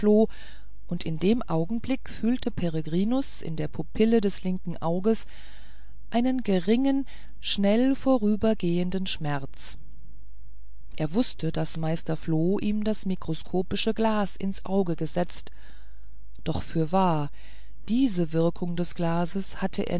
und in dem augenblick fühlte peregrinus in der pupille des linken auges einen geringen schnell vorübergehenden schmerz er wußte daß meister floh ihm das mikroskopische glas ins auge gesetzt doch fürwahr diese wirkung des glases hatte